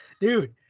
Dude